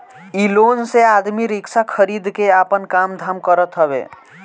इ लोन से आदमी रिक्शा खरीद के आपन काम धाम करत हवे